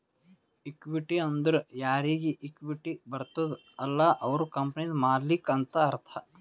equity ಅಂದುರ್ ಯಾರಿಗ್ equity ಬರ್ತುದ ಅಲ್ಲ ಅವ್ರು ಕಂಪನಿದು ಮಾಲ್ಲಿಕ್ ಅಂತ್ ಅರ್ಥ